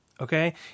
Okay